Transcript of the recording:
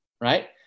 right